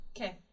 Okay